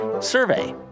survey